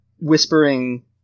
whispering